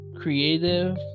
creative